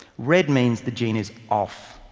red means the gene is off.